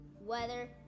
weather